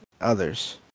Others